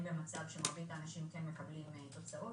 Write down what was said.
במצב שמרבית האנשים כן מקבלים תוצאות.